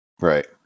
Right